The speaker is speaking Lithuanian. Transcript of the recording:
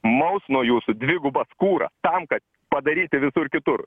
maus nuo jūsų dvigubą kurą tam kad padaryti visur kitur